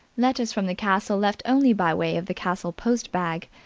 letters from the castle left only by way of the castle post-bag,